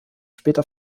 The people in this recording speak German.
später